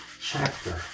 chapter